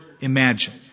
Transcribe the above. imagine